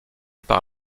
par